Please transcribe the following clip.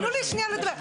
תנו לי שנייה לדבר.